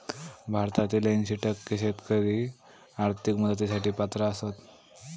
भारतातील ऐंशी टक्के शेतकरी आर्थिक मदतीसाठी पात्र आसत